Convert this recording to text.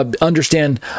understand